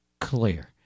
clear